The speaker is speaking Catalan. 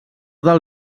del